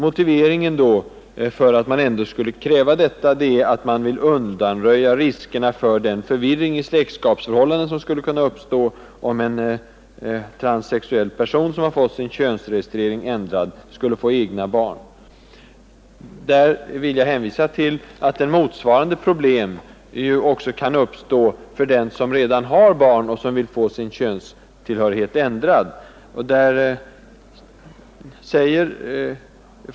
Motiveringen för att man ändå skulle ställa detta krav är, att man vill undanröja riskerna för den förvirring i släktskapsförhållandena som skulle kunna uppstå om en transsexuell person, som har fått sin könsregistrering ändrad, skulle få egna barn. Men motsvarande problem kan uppstå för den som redan har barn och som vill få sin könstillhörighet ändrad.